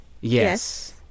Yes